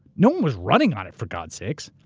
no one was running on it, for god sakes.